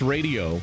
Radio